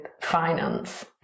finance